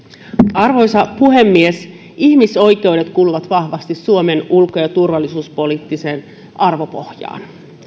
arvoisa puhemies ihmisoikeudet kuuluvat vahvasti suomen ulko ja turvallisuuspoliittiseen arvopohjaan kun